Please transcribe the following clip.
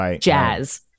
jazz